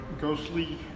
ghostly